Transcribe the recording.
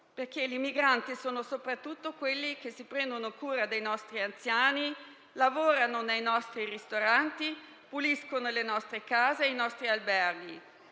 perché i migranti sono soprattutto quelli che si prendono cura dei nostri anziani, lavorano nei nostri ristoranti, puliscono le nostre case e i nostri alberghi.